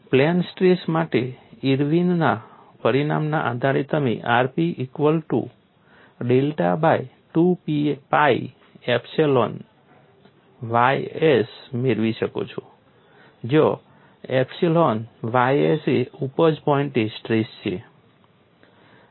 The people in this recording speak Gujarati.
પ્લેન સ્ટ્રેસ માટે ઇર્વિનના Irwin's પરિણામના આધારે તમે rp equal to delta by 2pi epsilon ys મેળવી શકો છો જ્યાં એપ્સિલોન ys એ ઉપજ પોઈન્ટે સ્ટ્રેસ છે